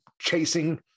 chasing